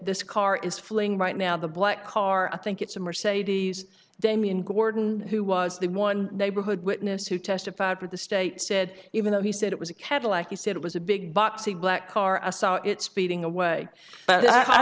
this car is falling right now the black car i think it's a mercedes damian gordon who was the one neighborhood witness who testified for the state said even though he said it was a cadillac he said it was a big boxy black car i saw it speeding away but